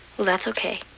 well, that's okay.